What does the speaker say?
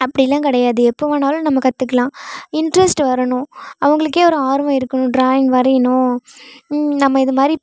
அப்படிலாம் கிடையாது எப்போவேணாலும் நம்ம கத்துக்கலாம் இன்ட்ரஸ்ட் வரணும் அவங்களுக்கே ஒரு ஆர்வம் இருக்கணும் ட்ராயிங் வரையணும் நம்ம இதுமாதிரி